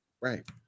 right